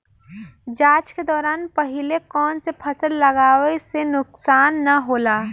जाँच के दौरान पहिले कौन से फसल लगावे से नुकसान न होला?